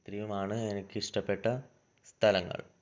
ഇത്രയുമാണ് എനിക്കിഷ്ടപ്പെട്ട സ്ഥലങ്ങൾ